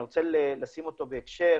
אני רוצה לשים אותו בהקשר,